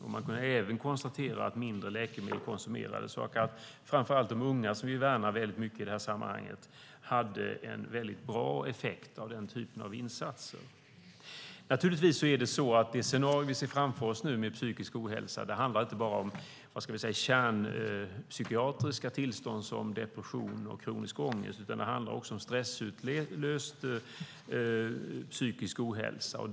Man har även kunnat konstatera att mindre läkemedel konsumerades och att framför allt de unga som vi värnar mycket i detta sammanhang fick en mycket bra effekt av denna typ av insatser. Det scenario vi nu ser framför oss med psykisk ohälsa handlar inte bara om kärnpsykiatriska tillstånd som depression och kronisk ångest. Det handlar också om stressutlöst psykisk ohälsa.